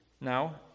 Now